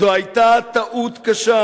"זו היתה טעות קשה,